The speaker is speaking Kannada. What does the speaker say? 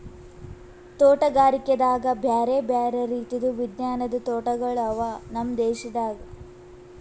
ತೋಟಗಾರಿಕೆದಾಗ್ ಬ್ಯಾರೆ ಬ್ಯಾರೆ ರೀತಿದು ವಿಜ್ಞಾನದ್ ತೋಟಗೊಳ್ ಅವಾ ನಮ್ ದೇಶದಾಗ್